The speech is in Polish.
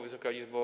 Wysoka Izbo!